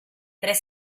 tres